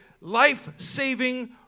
life-saving